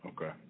Okay